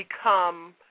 become